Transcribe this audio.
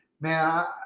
man